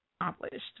accomplished